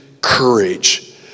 courage